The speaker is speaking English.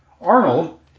Arnold